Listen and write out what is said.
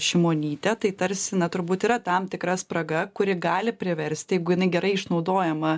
šimonytę tai tarsi na turbūt yra tam tikra spraga kuri gali priversti jeigu jinai gerai išnaudojama